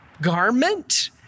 garment